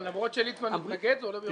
למרות שליצמן מתנגד זה עולה ביום ראשון?